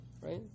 right